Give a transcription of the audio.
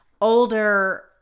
older